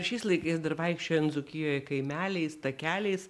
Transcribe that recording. šiais laikais dar vaikščiojant dzūkijoj kaimeliais takeliais